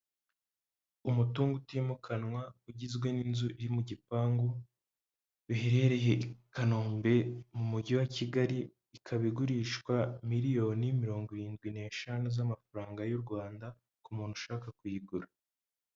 Umutungo utimukanwa ugizwe n'inzu iri mu gipangu biherereye Kanombe mu mujyi wa Kigali, ikaba igurishwa miliyoni mirongo irindwi n'eshanu z'amafaranga y'u Rwanda ku muntu ushaka kuyigura.